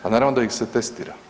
Pa naravno da ih se testira.